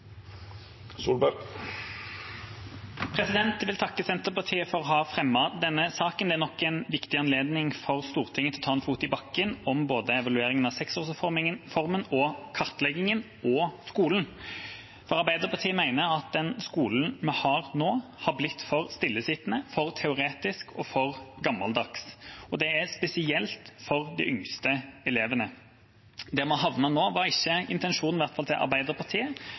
Jeg vil takke Senterpartiet for å ha fremmet denne saken. Det er nok en viktig anledning for Stortinget til å ta en fot i bakken om både evalueringen av seksårsreformen og kartleggingen – og skolen. Arbeiderpartiet mener at den skolen vi har nå, har blitt for stillesittende, for teoretisk og for gammeldags, spesielt for de yngste elevene. Der vi havner nå, var ikke intensjonen i hvert fall til Arbeiderpartiet